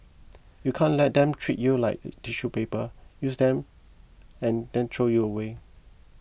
you can't let them treat you like tissue paper use you then then throw you away